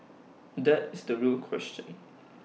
that is the real question